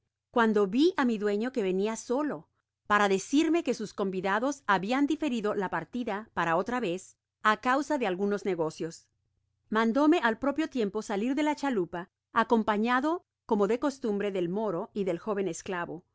cuando vi á mi dueño que venia solo para decirme que sus convidados habian diferido la partida paraotra vez á causa de algunos negocios mandóme al propio tiempo salir de la chalupa acompañado como de costumbre del moro y del jóven esclavo